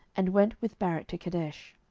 and went with barak to kedesh.